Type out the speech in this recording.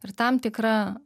ir tam tikra